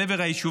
להצטיידות,